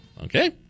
Okay